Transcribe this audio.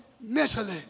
mentally